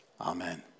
Amen